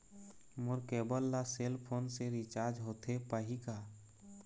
मोर cable ला cell phone से recharge होथे पाही का?